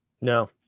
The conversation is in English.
No